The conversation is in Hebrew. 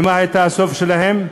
ומה היה הסוף שלהם.